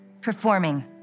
performing